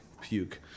puke